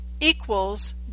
equals